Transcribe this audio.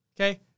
Okay